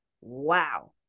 wow